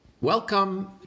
Welcome